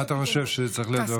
מה אתה חושב, איפה זה צריך להיות?